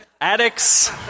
addicts